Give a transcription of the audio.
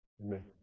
Amen